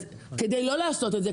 אז כדי לא לעשות את זה,